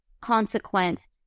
consequence